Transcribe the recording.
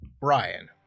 Brian